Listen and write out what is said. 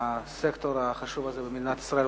הסקטור החשוב הזה במדינת ישראל.